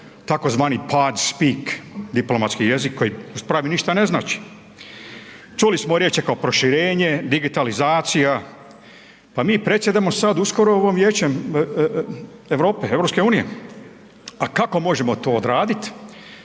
tzv. pad spik diplomatski jezik koji …/Govornik se ne razumije/…ništa ne znači. Čuli smo riječi kao proširenje, digitalizacija, pa mi predsjedamo sad uskoro u ovom Vijećem Europe, EU, a kako možemo to odradit,